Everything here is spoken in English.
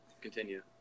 Continue